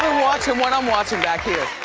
watching what i'm watching back here.